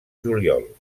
juliol